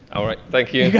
alright, thank you.